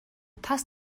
тас